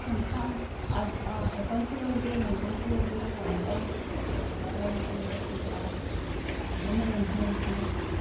ꯌꯥꯝ ꯇꯥꯡꯉꯦ ꯑꯥ ꯑꯦꯄꯜꯁꯨ ꯂꯧꯒꯦ ꯃꯦꯡꯒꯣꯁꯨ ꯂꯧꯒꯦ ꯄꯥꯏꯅꯦꯄꯜꯁꯨ ꯂꯧꯒꯦ ꯑꯗꯨꯒ ꯋꯥꯇꯔꯃꯦꯂꯣꯟꯁꯨ ꯂꯧꯒꯦ